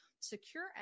SECURE